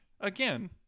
again